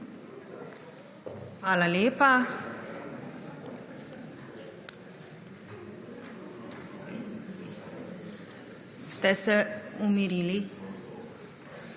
Hvala lepa. Ste se umirili?